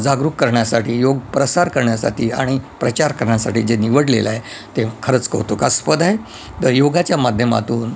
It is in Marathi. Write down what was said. जागरूक करण्यासाठी योग प्रसार करण्यासाठी आणि प्रचार करण्यासाठी जे निवडलेलं आहे ते खरंच कौतुकास्पद आहे तर योगाच्या माध्यमातून